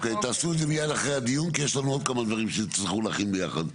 תעשו את זה מיד לאחר הדיון כי יש לנו עוד כמה דברים שתצטרכו להכין ביחד.